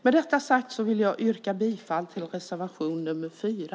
Med detta sagt vill jag yrka på godkännande av anmälan i reservation 4.